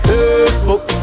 Facebook